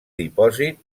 dipòsit